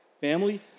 Family